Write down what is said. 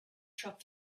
truck